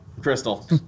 Crystal